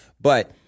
but-